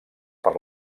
per